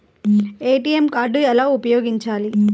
ATM card ఎలా ఉపయోగించాలి?